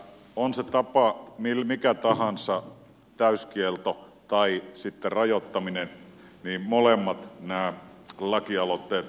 on se tapa mikä tahansa täyskielto tai rajoittaminen niin molemmat nämä lakialoitteet ovat kannatettavia